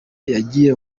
yagiye